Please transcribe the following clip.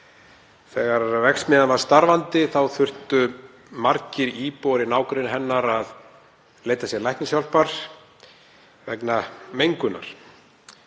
Þegar verksmiðjan var starfandi þurftu margir íbúar í nágrenni hennar að leita sér læknishjálpar vegna mengunar.